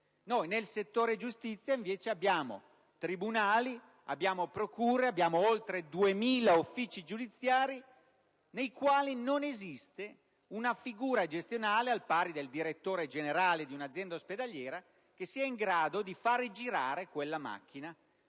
Nel settore giustizia, invece, abbiamo tribunali, procure, oltre 2.000 uffici giudiziari nei quali non esiste una figura gestionale al pari del direttore generale di un'azienda ospedaliera che sia in grado di far girare quella macchina,